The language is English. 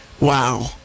Wow